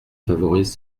favorise